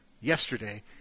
yesterday